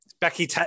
Becky